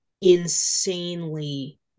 insanely